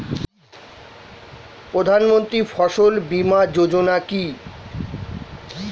প্রধানমন্ত্রী ফসল বীমা যোজনা কি?